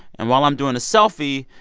and while i'm doing a selfie,